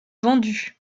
vendus